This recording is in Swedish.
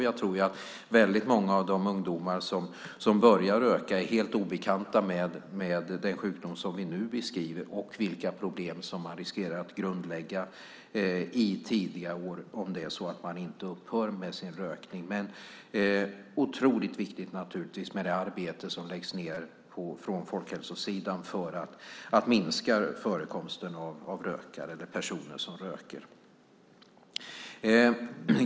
Jag tror att väldigt många av de ungdomar som börjar röka är helt obekanta med den sjukdom som vi nu beskriver och med de problem som man i tidiga år riskerar att grundlägga om man inte upphör med sin rökning. Naturligtvis är arbetet från folkhälsosidan otroligt viktigt för att minska förekomsten av personer som röker.